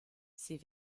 sie